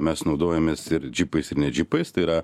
mes naudojamės ir džipais ir ne džipais tai yra